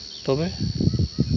ᱛᱚᱵᱮ